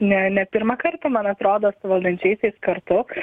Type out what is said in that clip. ne ne pirmą kartą man atrodo su valdančiaisiais kartu